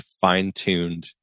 fine-tuned